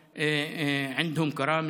משום שיש להם כבוד,